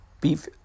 beef